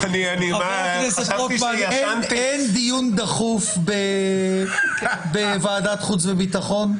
חה"כ רוטמן, אין דיון דחוף בוועדת החוץ והביטחון?